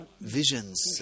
visions